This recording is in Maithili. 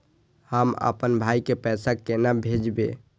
हम आपन भाई के पैसा केना भेजबे?